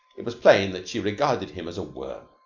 it was plain that she regarded him as a worm.